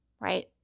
right